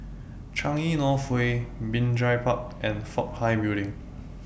Changi North Way Binjai Park and Fook Hai Building